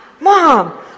mom